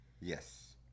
Yes